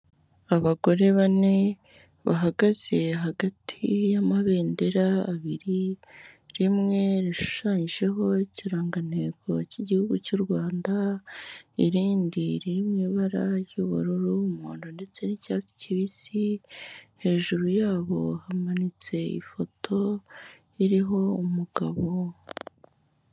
Abagore bane bahagaze hagati y'amabendera abiri, rimwe rishushanyijeho ikirangantego cy'Igihugu cy'u Rwanda, irindi riri mu ibara ry'ubururu, umuhondo ndetse n'icyatsi kibisi, hejuru yabo hamanitse ifoto iriho umugabo.